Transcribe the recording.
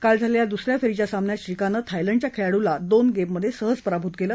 काल झालेल्या दुसऱ्या फेरीच्या सामन्यात श्रीकांतनं थायलंडच्या खेळाडूला दोन गेममध्ये सहज पराभूत केलं